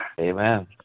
Amen